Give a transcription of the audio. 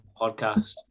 podcast